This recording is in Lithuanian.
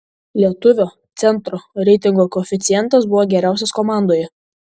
lietuvio centro reitingo koeficientas buvo geriausias komandoje